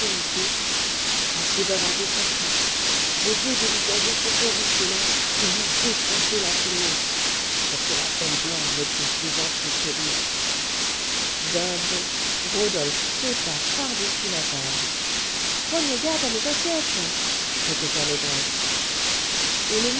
assez bavardé comme ça je veux dévisager ce beau mufle là et lui défoncer la frimousse pour que la belle blonde me trouve plus gentil que lui d'un bond rodolphe sauta par-dessus la table prenez garde à mes assiettes répéta l'ogresse et le